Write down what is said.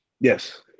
Yes